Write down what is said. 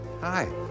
hi